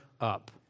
up